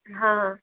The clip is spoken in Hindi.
हाँ